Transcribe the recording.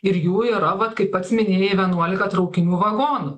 ir jų yra vat kaip pats minėjai vienuolika traukinių vagonų